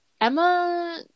Emma